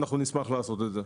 אנחנו נשמח להיפגש איתו.